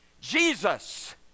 Jesus